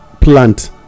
plant